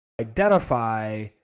identify